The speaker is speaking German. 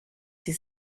sie